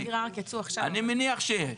אני מניח שיש.